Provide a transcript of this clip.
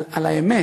על האמת.